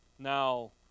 Now